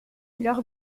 leur